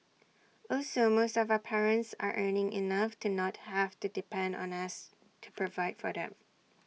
also most of our parents are earning enough to not have to depend on us to provide for them